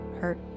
hurt